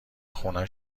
خونه